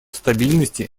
стабильности